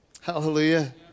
hallelujah